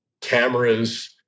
cameras